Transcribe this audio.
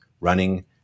running